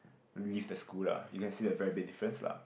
leave the school lah you can see the very big difference lah